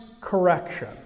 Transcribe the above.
correction